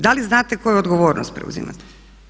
Da li znate koju odgovornost preuzimate?